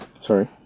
sorry